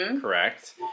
correct